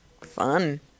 fun